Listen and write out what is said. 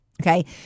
Okay